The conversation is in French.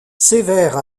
sévère